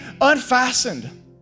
unfastened